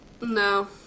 no